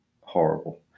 Horrible